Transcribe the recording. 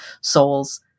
souls